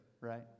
right